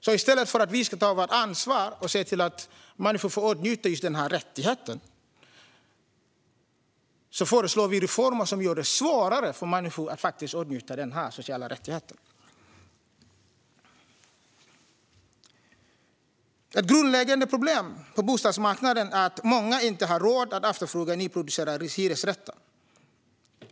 I stället för att vi ska ta vårt ansvar och se till att människor får åtnjuta den rättigheten föreslår man reformer som gör det svårare för människor att åtnjuta den här sociala rättigheten. Ett grundläggande problem på bostadsmarknaden är att många inte har råd att efterfråga nyproducerade hyresrätter.